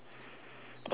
oh shit